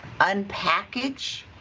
unpackage